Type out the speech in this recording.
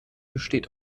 besteht